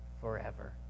forever